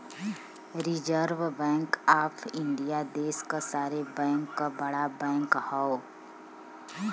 reserve bank of India देश क सारे बैंक क बड़ा बैंक हौ